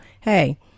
hey